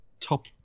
top